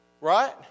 Right